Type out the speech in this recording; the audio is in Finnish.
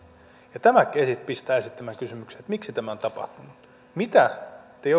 ja tämä pistää esittämään kysymyksen miksi tämä on tapahtunut mitä te